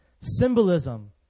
symbolism